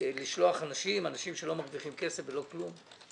לשלוח אנשים שלא מרוויחים כסף ולא כלום?